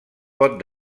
pot